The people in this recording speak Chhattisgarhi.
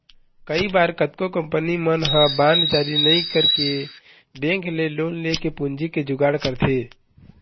कई बार कतको कंपनी मन ह बांड जारी नइ करके बेंक ले लोन लेके पूंजी के जुगाड़ करथे